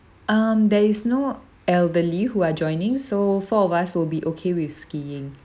um there is no elderly who are joining so four of us will be okay with skiing